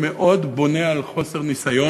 מאוד בונה על חוסר ניסיון,